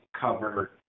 cover